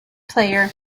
player